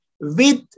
with-